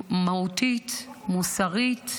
מהותית ------- מוסרית,